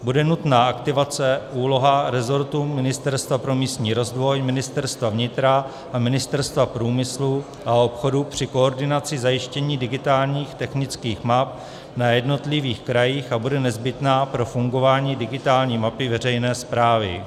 Bude nutná aktivace úlohy rezortu Ministerstva pro místní rozvoj, Ministerstva vnitra a Ministerstva průmyslu a obchodu při koordinace zajištění digitálních technických map na jednotlivých krajích a bude nezbytná pro fungování digitální mapy veřejné správy.